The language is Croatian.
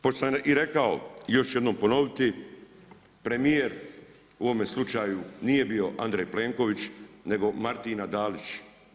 Pošto što sam i rekao, još ću jednom ponoviti, premijer u ovome slučaju nije bio Andrej Plenković nego Martina Dalić.